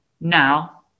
Now